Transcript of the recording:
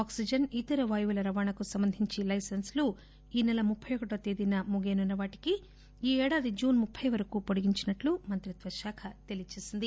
ఆక్సిజస్ ఇతర వాయువుల రవాణాకు సంబంధించిన లైసెన్పులు ఈ నెల ముప్పై ఒకటో తేదీన ముగియనున్న వాటికి ఈ ఏడాది జూస్ ముప్పు వరకు పొడిగించినట్లు మంత్రిత్వశాఖ తెలియజేసింది